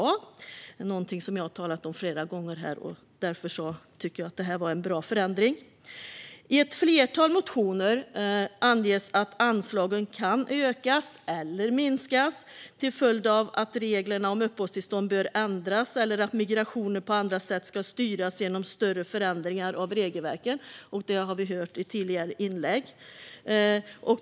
Det är någonting som jag har talat om flera gånger här. Därför tycker jag att det var en bra förändring. I ett flertal motioner anges att anslagen kan ökas eller minskas till följd av att reglerna om uppehållstillstånd bör ändras eller att migrationen på andra sätt ska styras genom större förändringar av regelverket. Det har vi hört om i tidigare inlägg.